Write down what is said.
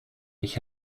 ich